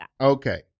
Okay